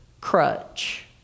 crutch